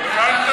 הבנת,